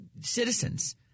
citizens